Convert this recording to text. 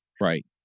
Right